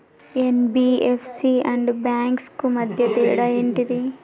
NBFC and banks కు మధ్య తేడా ఏంటిది?